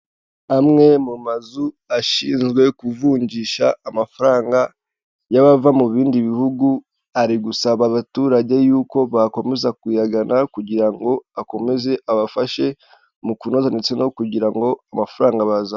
Amwe mu mazu ashinzwe kuvunjisha amafaranga y'abava mu bindi bihugu, ari gusaba abaturage yuko bakomeza kuyagana kugira ngo akomeze abafashe mu kunoza ndetse no kugira ngo amafaranga.